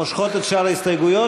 מושכות את שאר ההסתייגויות?